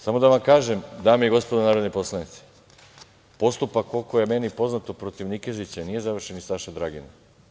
Samo da vam kažem, dame i gospodo narodni poslanici, postupak, koliko je meni poznato, protiv Nikezića nije završen, i Saše Dragina.